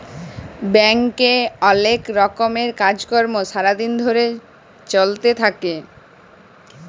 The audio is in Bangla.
ব্যাংকে অলেক রকমের কাজ কর্ম সারা দিন ধরে চ্যলতে থাক্যে